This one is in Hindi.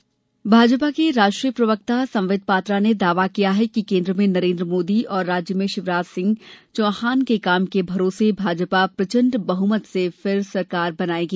पात्रा भाजपा के राष्ट्रीय प्रवक्ता संबित पात्रा ने दावा किया कि केन्द्र में नरेन्द्र मोदी और राज्य में शिवराज सिंह के काम के भरोसे भाजपा प्रचण्ड बहमत से फिर सरकार बनायेगी